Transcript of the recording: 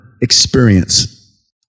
experience